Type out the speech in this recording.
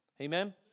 Amen